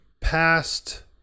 past